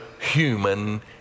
human